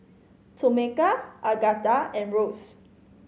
Tomeka Agatha and Rose